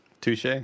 Touche